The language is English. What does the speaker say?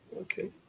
okay